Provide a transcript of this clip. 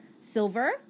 silver